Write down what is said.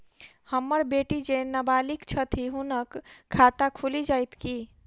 हम्मर बेटी जेँ नबालिग छथि हुनक खाता खुलि जाइत की?